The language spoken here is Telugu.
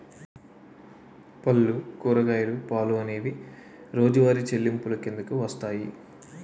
పళ్ళు కూరగాయలు పాలు అనేవి రోజువారి చెల్లింపులు కిందకు వస్తాయి